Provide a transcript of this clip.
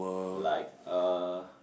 like uh